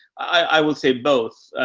i will say both.